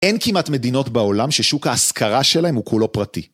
אין כמעט מדינות בעולם ששוק ההשכרה שלהם הוא כולו פרטי.